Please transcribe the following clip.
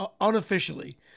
unofficially